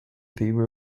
favour